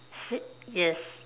si~ yes